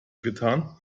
getan